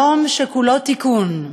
יום שכולו תיקון,